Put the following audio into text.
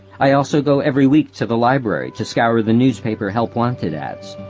i also go every week to the library to scour the newspaper help wanted ads.